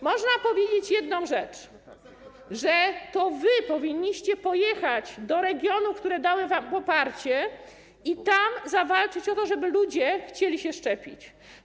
Można powiedzieć jedną rzecz: że to wy powinniście pojechać do regionów, które dały wam poparcie, i tam zawalczyć o to, żeby ludzie chcieli się szczepić.